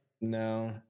No